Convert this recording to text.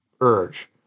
urge